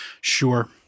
Sure